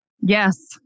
Yes